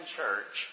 church